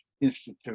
Institute